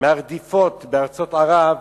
מהרדיפות בארצות ערב